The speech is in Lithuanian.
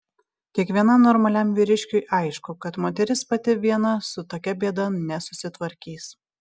kiekvienam normaliam vyriškiui aišku kad moteris pati viena su tokia bėda nesusitvarkys